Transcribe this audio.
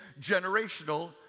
generational